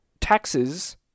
taxes